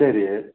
சரி